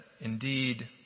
indeed